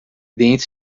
dentes